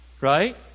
right